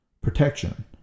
protection